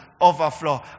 Overflow